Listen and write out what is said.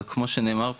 אבל כמו שנאמר פה,